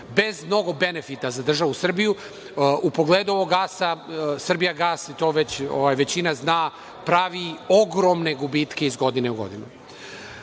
bez mnogo benefita po državu Srbiju. U pogledu ovog gasa, „Srbijagas“, i to većina zna, pravi ogromne gubitke iz godine u godinu. Ovaj